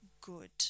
good